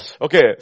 Okay